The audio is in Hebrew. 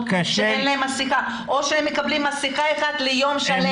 שאין להם מסכה או שהם מקבלים מסכה אחת ליום שלם?